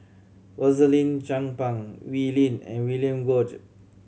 Rosaline Chan Pang Wee Lin and William Goode